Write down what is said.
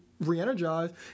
re-energized